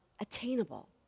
attainable